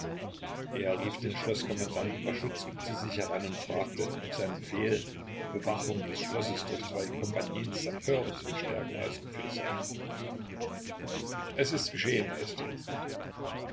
er rief den schloßkommandanten baschuzkij zu sich heran und fragte ob sein befehl die bewachung des schlosses durch zwei kompagnien sappeure zu verstärken ausgeführt sei es ist geschehen